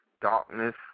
darkness